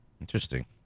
Interesting